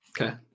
Okay